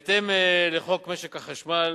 בהתאם לחוק משק החשמל,